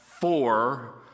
four